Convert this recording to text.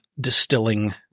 distilling